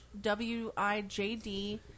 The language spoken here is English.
W-I-J-D